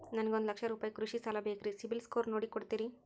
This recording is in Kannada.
ನನಗೊಂದ ಲಕ್ಷ ರೂಪಾಯಿ ಕೃಷಿ ಸಾಲ ಬೇಕ್ರಿ ಸಿಬಿಲ್ ಸ್ಕೋರ್ ನೋಡಿ ಕೊಡ್ತೇರಿ?